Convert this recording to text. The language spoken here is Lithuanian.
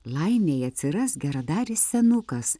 laimei atsiras geradaris senukas